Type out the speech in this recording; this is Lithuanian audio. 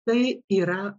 tai yra